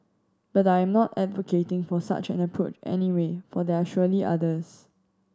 but I'm not advocating for such an approach anyway for there are surely others